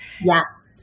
Yes